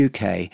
UK